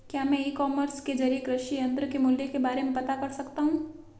क्या मैं e commerce के ज़रिए कृषि यंत्र के मूल्य के बारे में पता कर सकता हूँ?